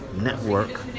network